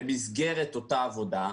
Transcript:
במסגרת אותה עבודה,